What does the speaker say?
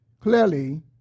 Clearly